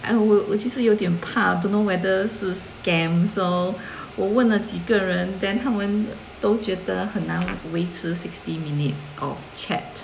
哎我我其实有点怕 don't know whether 是 scam so 我问了几个人 then 他们都觉得很难维持 sixty minutes of chat